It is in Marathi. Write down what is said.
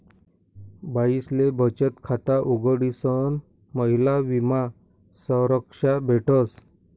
बाईसले बचत खाता उघडीसन महिला विमा संरक्षा भेटस